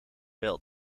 wel